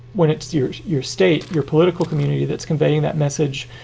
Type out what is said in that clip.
when it steers your state, your political community that's conveying that message,